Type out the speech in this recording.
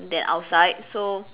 than outside